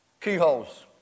keyholes